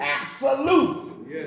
Absolute